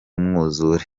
mwuzure